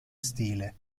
stile